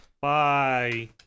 Bye